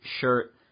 shirt